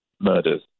murders